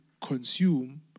consume